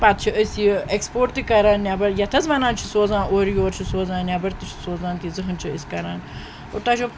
پَتہٕ چھِ أسۍ یہِ ایٚکٕسپورٹ تہِ کَران نیٚبَر یَتھ حظ وَنان چھِ سوزان اورٕ یورٕ چھِ سوزان نیٚبَر تہِ چھِ سوزان تیٖژا ہان چھِ أسۍ کَران اور تۄہہِ چھو